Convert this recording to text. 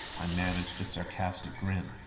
i managed a sarcastic grin.